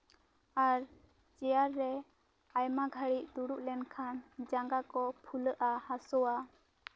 ᱟᱨ ᱪᱮᱭᱟ ᱨᱮ ᱟᱭᱢᱟ ᱜᱷᱟᱹᱲᱤᱡ ᱫᱩᱲᱩᱵ ᱞᱮᱱᱠᱷᱟᱱ ᱡᱟᱝᱜᱟ ᱠᱚ ᱯᱷᱩᱞᱟᱹᱜᱼᱟ ᱦᱟᱹᱥᱩᱼᱟ